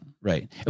right